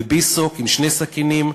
וביסוק עם שתי סכינים,